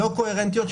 לא קוהרנטיות,